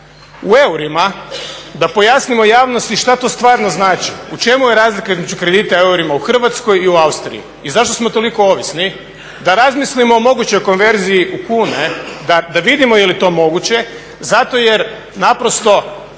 u eurima, da pojasnimo javnosti šta to stvarno znači, u čemu je razlika između kredita u eurima u Hrvatsko i u Austriji i zašto smo toliko ovisni, da razmislimo o mogućoj konverziji u kune, da vidimo je li to moguće. Zato jer naprosto